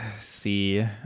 See